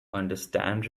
understand